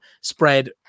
spread